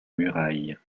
muraille